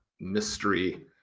mystery